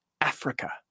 Africa